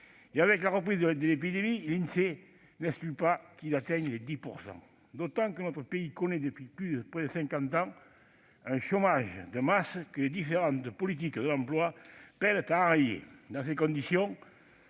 Avec la reprise de l'épidémie, l'Insee n'exclut pas qu'il atteigne 10 %, alors même que notre pays connaît, depuis près de cinquante ans, un chômage de masse, que les différentes politiques de l'emploi peinent à enrayer. Dans ces conditions,